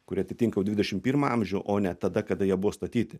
kuri atitinka jau dvidešim pirmą amžių o ne tada kada jie buvo statyti